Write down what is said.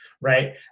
right